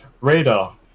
Radar